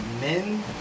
men